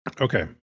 Okay